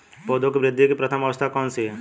पौधों की वृद्धि की प्रथम अवस्था कौन सी है?